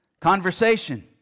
conversation